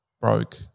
broke